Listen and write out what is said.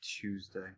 Tuesday